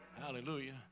hallelujah